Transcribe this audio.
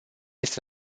este